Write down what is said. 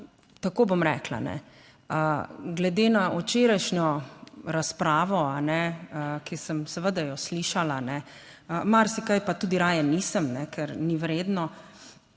tako bom rekla, glede na včerajšnjo razpravo, ki sem seveda jo slišala, marsikaj pa tudi raje nisem, ker ni vredno.